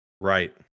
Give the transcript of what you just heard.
Right